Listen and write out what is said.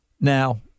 now